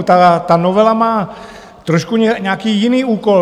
Ta novela má trošku nějaký jiný úkol.